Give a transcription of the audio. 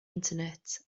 internet